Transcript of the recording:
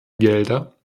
gelder